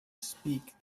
speak